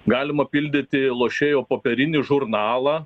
galima pildyti lošėjo popierinį žurnalą